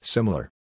Similar